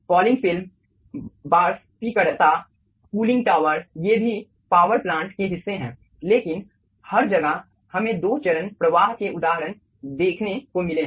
falling film बाष्पीकरणकर्ता cooling tower ये भी पावर प्लांट के हिस्से हैं लेकिन हर जगह हमें दो चरण प्रवाह के उदाहरण देखने को मिले हैं